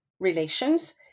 relations